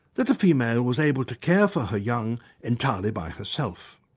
that a female was able to care for her young entirely by herself.